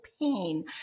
pain